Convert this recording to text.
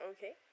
Okay